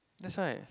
that's why